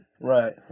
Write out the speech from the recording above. Right